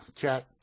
chat